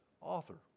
author